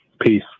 peace